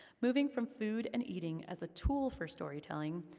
moving from food and eating as a tool for storytelling,